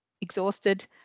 exhausted